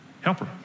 helper